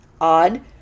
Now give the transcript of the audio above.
odd